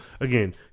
again